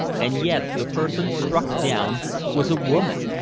and yet the person struck down was a woman,